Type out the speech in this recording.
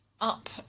up